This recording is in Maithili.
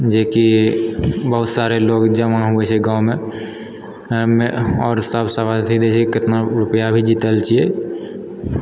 जे कि बहुत सारे लोग जमा होइ छै गाँवमे आओर सब अथी दै छै कितना रुपैआ भी जीतल छियै